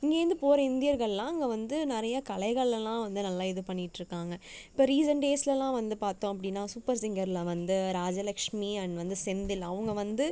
இங்கேருந்து போகிற இந்தியர்கள்லாம் அங்கே வந்து நிறையா கலைகளெல்லாம் வந்து நல்லா இது பண்ணிட்டுருக்காங்க இப்போ ரீசண்ட் டேஸ்லலாம் வந்து பார்த்தோம் அப்படின்னா சூப்பர் சிங்கரில் வந்து ராஜலக்ஷ்மி அண்ட் வந்து செந்தில் அவங்க வந்து